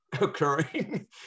occurring